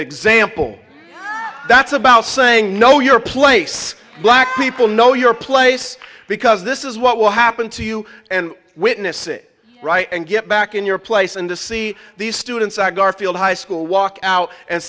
example that's about saying know your place black people know your place because this is what will happen to you and witness it right and get back in your place and to see these students at garfield high school walk out and